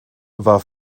war